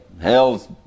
Hell's